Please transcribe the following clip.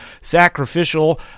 Sacrificial